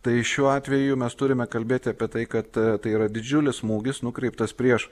tai šiuo atveju mes turime kalbėti apie tai kad tai yra didžiulis smūgis nukreiptas prieš